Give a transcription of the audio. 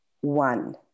one